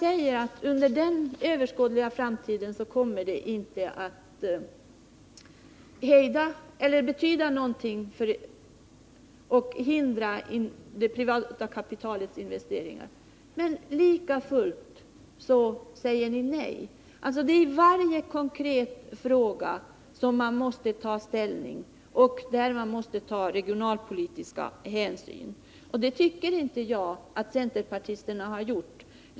Även om man då förklarar att anslagna medel inte kommer att hejda eller förhindra det privata kapitalets investeringar, säger ni nej. I varje konkret fråga måste vi emellertid ta regionalpolitiska hänsyn, och det tycker jag att centerpartisterna inte har gjort.